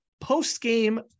post-game